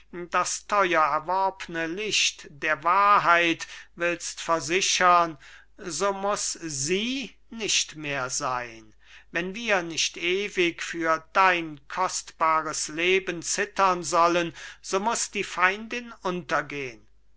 das teuer erworbne licht der wahrheit willst versichern so muß sie nicht mehr sein wenn wir nicht ewig für dein kostbares leben zittern sollen so muß die feindin untergehen